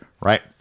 right